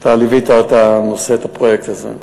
אתה ליווית את הפרויקט הזה.